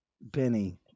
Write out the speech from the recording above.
Benny